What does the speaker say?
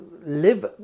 live